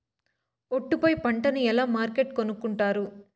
ఒట్టు పై పంటను ఎలా మార్కెట్ కొనుక్కొంటారు?